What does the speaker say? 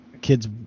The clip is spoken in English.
Kid's